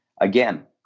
again